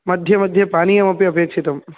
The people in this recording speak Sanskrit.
मध्यमध्ये पानीयमपि अपेक्षितं